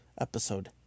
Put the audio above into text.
episode